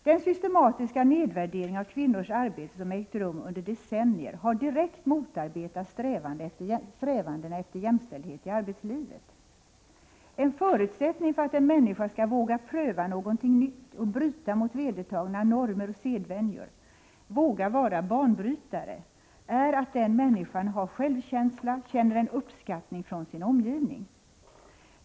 Den systematiska nedvärdering av kvinnors arbete som ägt rum under decennier har direkt motarbetat strävandena efter jämställdhet i arbetslivet. En förutsättning för att en människa skall våga pröva någonting nytt och bryta mot vedertagna normer och sedvänjor, våga vara banbrytare är att den människan har självkänsla och känner en uppskattning från omgivningen.